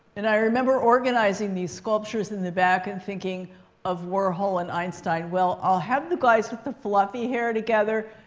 and i remember organizing these sculptures in the back and thinking of warhol and einstein. well, i'll have the guys with the fluffy hair together.